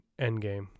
Endgame